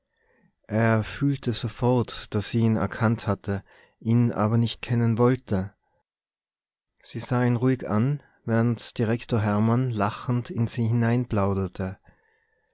er fühlte sofort daß sie ihn erkannt hatte ihn aber nicht kennen wollte sie sah ihn ruhig an während direktor hermann lachend in sie